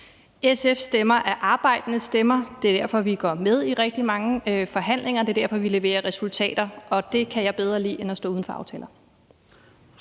SF's stemmer er arbejdende stemmer. Det er derfor, vi går med i rigtig mange forhandlinger. Det er derfor, vi leverer resultater. Det kan jeg bedre lide end at stå uden for aftaler.